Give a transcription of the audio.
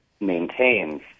maintains